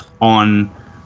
on